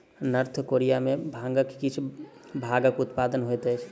north Korea में भांगक किछ भागक उत्पादन होइत अछि